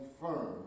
firm